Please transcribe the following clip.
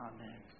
Amen